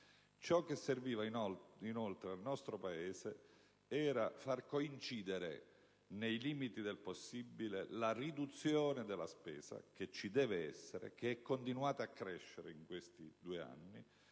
Ciò che serviva, inoltre, al nostro Paese era far coincidere, nei limiti del possibile, la riduzione della spesa, che ci deve essere, spesa che è continuata a crescere in questi due anni,